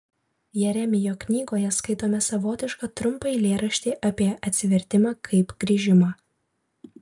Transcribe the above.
jeremijo knygoje skaitome savotišką trumpą eilėraštį apie atsivertimą kaip grįžimą